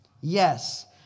Yes